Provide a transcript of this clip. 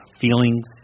feelings